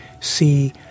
See